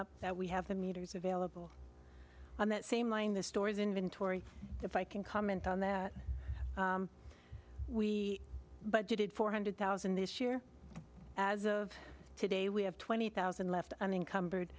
up that we have the meters available on that same line the stores inventory if i can comment on that we budgeted four hundred thousand this year as of today we have twenty thousand left un